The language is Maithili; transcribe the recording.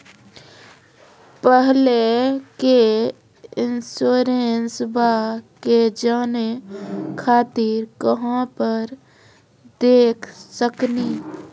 पहले के इंश्योरेंसबा के जाने खातिर कहां पर देख सकनी?